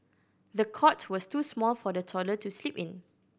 the cot was too small for the toddler to sleep in